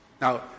Now